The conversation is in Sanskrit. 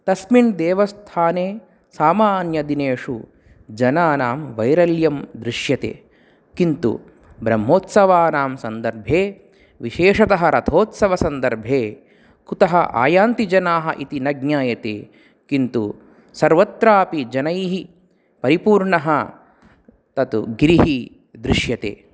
तस्मिन् देवस्थाने सामान्यदिनेषु जनानां वैरल्यं दृश्यते किन्तु ब्रह्मोत्सवानां सन्दर्भे विशेषतः रथोत्सवसन्दर्भे कुतः आयान्ति जनाः इति न ज्ञायते किन्तु सर्वत्रापि जनैः परिपूर्णः तत् गिरिः दृश्यते